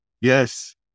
Yes